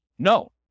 No